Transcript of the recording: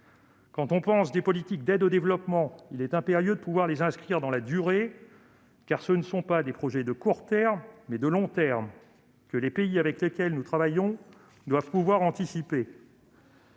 Quand on pense des politiques d'aide au développement, il est impérieux de les inscrire dans la durée, car ce sont des projets non pas de court terme, mais de long terme, et les pays avec lesquels nous travaillons doivent pouvoir les anticiper.